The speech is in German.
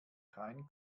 kein